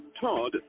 Todd